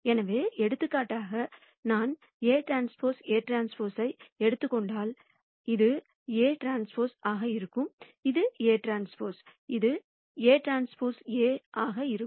எனவே எடுத்துக்காட்டாக நான் Aᵀ Aᵀ ஐ எடுத்துக் கொண்டால் இது Aᵀ ஆக இருக்கும் Aᵀ இது Aᵀ A ஆக இருக்கும்